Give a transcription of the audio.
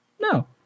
No